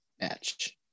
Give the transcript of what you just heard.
Match